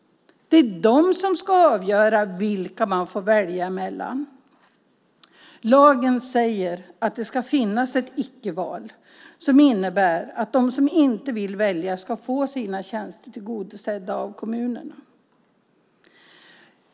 De ska avgöra vilka de äldre får välja mellan. Lagen säger att det ska finnas ett icke-val som innebär att de som inte vill välja ska få sina tjänster tillgodosedda av kommunerna.